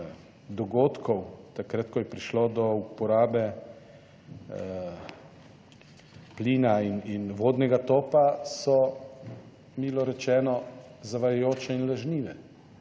dogodkov takrat, ko je prišlo do uporabe plina in vodnega topa, so, milo rečeno, zavajajoče in lažnive.